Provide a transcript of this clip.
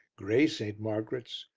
grey st. margaret's,